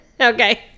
Okay